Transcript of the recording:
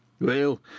Well